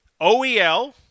OEL